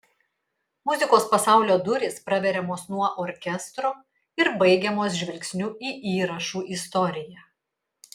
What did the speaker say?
muzikos pasaulio durys praveriamos nuo orkestro ir baigiamos žvilgsniu į įrašų istoriją